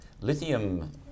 Lithium